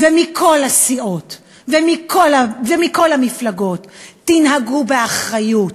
ומכל הסיעות ומכל המפלגות: תנהגו באחריות.